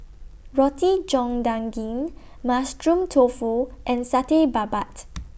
Roti John Daging Mushroom Tofu and Satay Babat